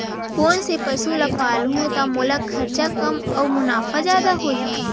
कोन से पसु ला पालहूँ त मोला खरचा कम अऊ मुनाफा जादा होही?